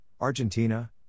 Argentina